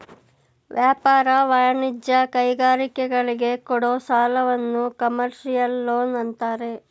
ವ್ಯಾಪಾರ, ವಾಣಿಜ್ಯ, ಕೈಗಾರಿಕೆಗಳಿಗೆ ಕೊಡೋ ಸಾಲವನ್ನು ಕಮರ್ಷಿಯಲ್ ಲೋನ್ ಅಂತಾರೆ